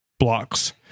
blocks